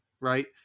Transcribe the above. right